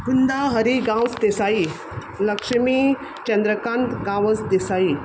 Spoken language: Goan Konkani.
कुंदा हरी गांवस देसाई लक्ष्मी चंद्रकांत गांवस देसाई